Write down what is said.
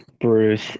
Bruce